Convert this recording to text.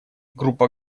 группа